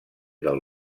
del